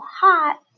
hot